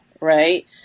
right